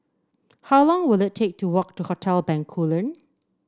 how long will it take to walk to Hotel Bencoolen